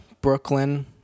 Brooklyn